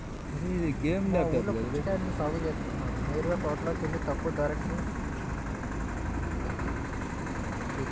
మా ఊల్లో పుచ్చకాయల్ని సాగు జేత్తన్నారు నేరుగా తోటలోకెల్లి తక్కువ రేటుకే పుచ్చకాయలు కొనుక్కోవచ్చు